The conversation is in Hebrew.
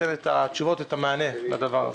ייתן מענה לדבר הזה.